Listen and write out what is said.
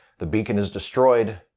the beacon is destroyed,